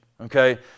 okay